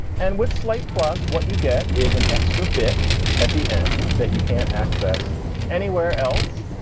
and with slate plus, what you get is an extra bit at the end that you can't access anywhere else.